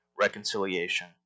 reconciliation